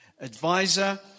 advisor